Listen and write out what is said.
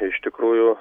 iš tikrųjų